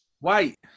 Wait